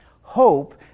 hope